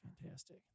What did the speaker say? fantastic